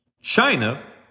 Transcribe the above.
China